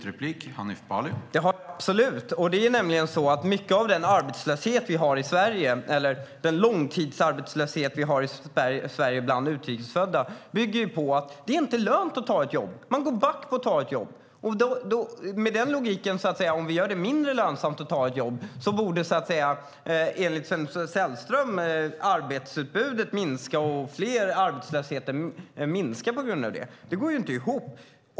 Herr talman! Det har jag absolut. Mycket av den långtidsarbetslöshet vi har i Sverige bland utrikesfödda grundar sig på att det inte lönar sig att ta ett jobb. Man går back på att ta ett jobb. Om vi gör det mindre lönsamt att ta ett jobb borde enligt Sven-Olof Sällström arbetsutbudet minska och arbetslösheten minska. Det går inte ihop.